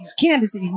Candace